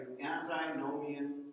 antinomian